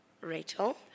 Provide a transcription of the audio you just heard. Rachel